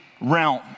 realm